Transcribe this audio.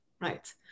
right